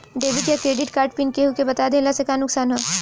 Debit या credit card pin केहूके बता दिहला से का नुकसान ह?